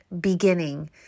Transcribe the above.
beginning